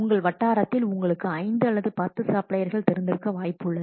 உங்கள் வட்டாரத்தில் உங்களுக்குத் 5 அல்லது 10 சப்ளையர்கள் தெரிந்திருக்க வாய்ப்பு உள்ளது